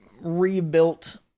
rebuilt